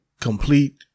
complete